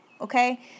Okay